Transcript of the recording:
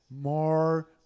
More